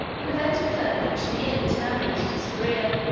an event occurred which nearly terminated his career.